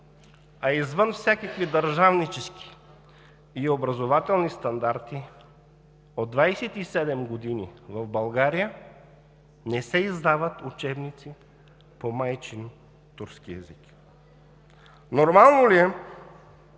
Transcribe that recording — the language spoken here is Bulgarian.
А извън всякакви държавнически и образователни стандарти от 27 години в България не се издават учебници по майчин турски език! Нормално ли е